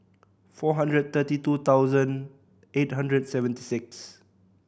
four hundred thirty two thousand eight hundred seventy six